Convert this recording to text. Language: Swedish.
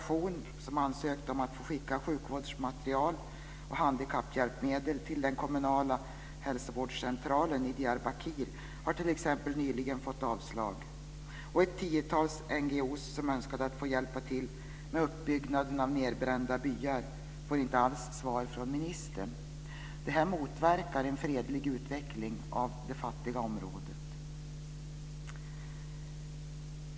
Ett tiotal NGO:er som önskat få hjälpa till med uppbyggnaden av nedbrända byar får inte alls svar från ministern. Detta motverkar en fredlig utveckling av det här fattiga området.